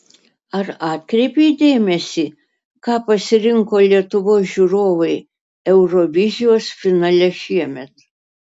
ar atkreipei dėmesį ką pasirinko lietuvos žiūrovai eurovizijos finale šiemet